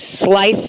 slice